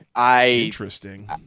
Interesting